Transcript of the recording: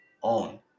on